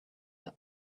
the